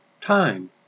time